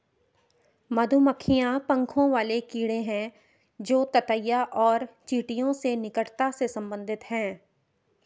मधुमक्खियां पंखों वाले कीड़े हैं जो ततैया और चींटियों से निकटता से संबंधित हैं